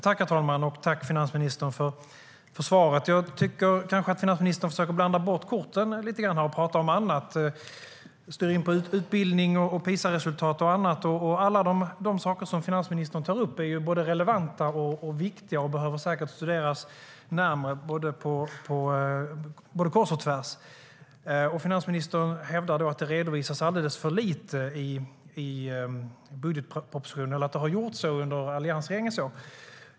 Herr talman! Jag tackar finansministern för svaret. Jag tycker kanske att hon försöker blanda bort korten lite grann när hon talar om annat. Hon styr in på utbildning, PISA-resultat och annat. Alla de saker som finansministern tar upp är både relevanta och viktiga. De behöver säkert studeras närmare både kors och tvärs. Finansministern hävdar att det har redovisats alldeles för lite i budgetpropositionen under alliansregeringens år.